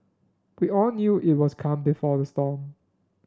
we all knew it was calm before the storm